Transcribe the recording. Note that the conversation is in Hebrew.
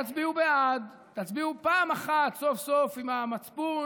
תצביעו בעד, תצביעו פעם אחת סוף-סוף עם המצפון